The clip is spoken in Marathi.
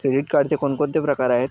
क्रेडिट कार्डचे कोणकोणते प्रकार आहेत?